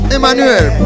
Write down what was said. Emmanuel